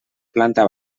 planta